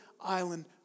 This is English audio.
island